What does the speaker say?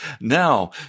Now